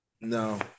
No